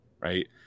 right